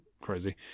crazy